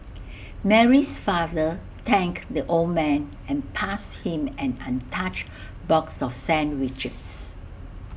Mary's father thanked the old man and passed him an untouched box of sandwiches